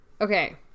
Okay